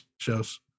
shows